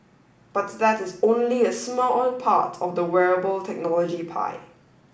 but that is only a smart part of the wearable technology pie